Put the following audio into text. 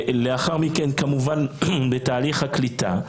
לאחר מכן כמובן בתהליך הקליטה.